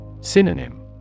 Synonym